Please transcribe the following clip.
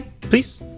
please